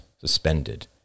suspended